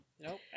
Nope